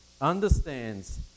understands